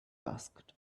asked